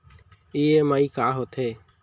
EMI का होथे?